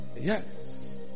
Yes